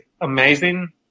amazing